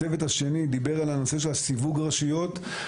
הצוות השני דיבר על הנושא של סיווג רשויות.